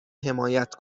حمایت